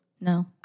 No